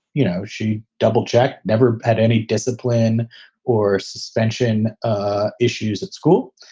you know, she double checked, never had any discipline or suspension ah issues at school.